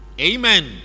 Amen